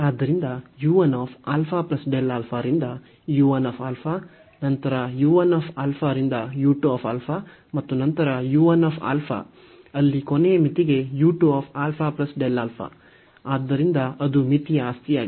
ಆದ್ದರಿಂದ u 1 α Δα ರಿಂದ u 1 α ನಂತರ u 1 α ರಿಂದ u 2 α ಮತ್ತು ನಂತರ u 1 α ಅಲ್ಲಿ ಕೊನೆಯ ಮಿತಿಗೆ u 2 α Δα ಆದ್ದರಿಂದ ಅದು ಮಿತಿಯ ಆಸ್ತಿಯಾಗಿದೆ